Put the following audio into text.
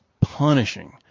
punishing